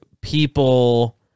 people